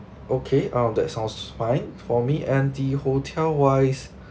okay um of that sounds fine for me and the hotel wise